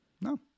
No